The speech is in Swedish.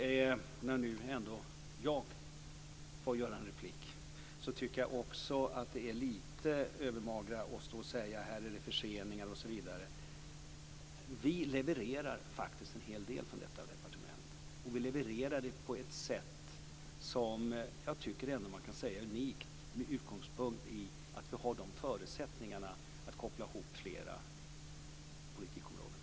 När jag nu ändå kan replikera tycker jag det är lite övermaga att stå här och säga att det är förseningar, osv. Vi levererar faktiskt en hel del från detta departement, och vi levererar det på ett sätt som jag tycker är unikt med utgångspunkt i att vi har förutsättningarna att koppla ihop flera politikområden.